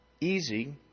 easy